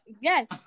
Yes